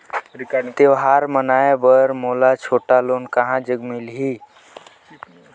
त्योहार मनाए बर मोला छोटा लोन कहां जग मिलही?